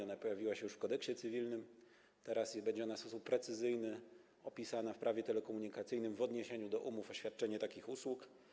Ona pojawiła się już w Kodeksie cywilnym, teraz będzie ona w sposób precyzyjny opisana w Prawie telekomunikacyjnym w odniesieniu do umów o świadczenie takich usług.